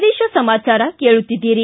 ಪ್ರದೇಶ ಸಮಾಚಾರ ಕೇಳುತ್ತೀದ್ದಿರಿ